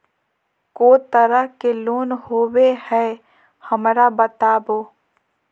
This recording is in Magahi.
को तरह के लोन होवे हय, हमरा बताबो?